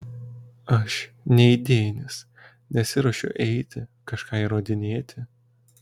aš neidėjinis nesiruošiu eiti kažką įrodinėti